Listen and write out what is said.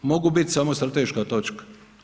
Mogu biti samo strateška točka.